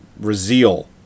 Rezeal